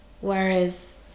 Whereas